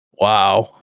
wow